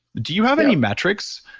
do you have any metrics,